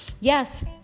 Yes